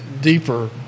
deeper